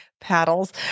paddles